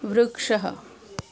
वृक्षः